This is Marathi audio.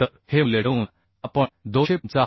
तर हे मूल्य ठेवून आपण 275